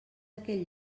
aquell